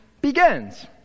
begins